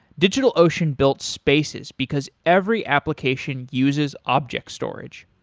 digitalocean built spaces, because every application uses objects storage.